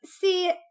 see